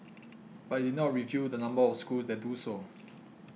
but it did not reveal the number of schools that do so